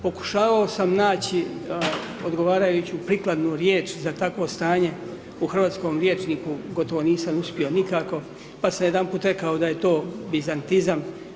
Pokušavao sam naći odgovarajuću prikladnu riječ za takvo stanje u hrvatskom rječniku, gotovo nisam uspio nikako, pa sam jedanput rekao da je to bizantizam.